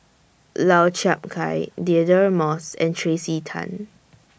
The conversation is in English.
Lau Chiap Khai Deirdre Moss and Tracey Tan